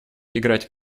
играть